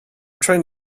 trying